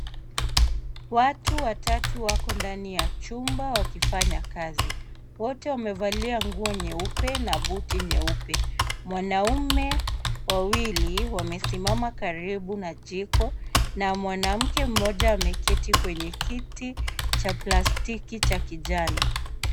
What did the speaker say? Watu watatu wako ndani ya chumba wakifanya kazi. Wote wamevalia nguo nyeupe na buti nyeupe. Mwanaume wawili wamesimama karibu na jiko na mwanamke mmoja ameketi kwenye kiti cha plastiki cha kijani.